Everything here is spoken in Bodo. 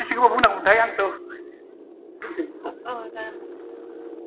बेसे गोबाव बुंनांगोनथाय आंथ' दोनसै बेखौ